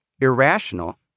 irrational